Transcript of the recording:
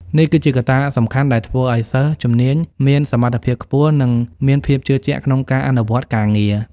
នេះគឺជាកត្តាសំខាន់ដែលធ្វើឱ្យសិស្សជំនាញមានសមត្ថភាពខ្ពស់និងមានភាពជឿជាក់ក្នុងការអនុវត្តការងារ។